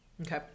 Okay